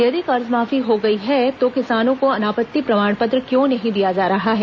यदि कर्जमाफी हो गई है तो किसानों को अनापत्ति प्रमाण पत्र क्यों नहीं दिया जा रहा है